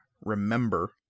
remember